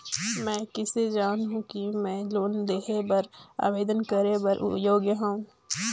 मैं किसे जानहूं कि मैं लोन लेहे बर आवेदन करे बर योग्य हंव?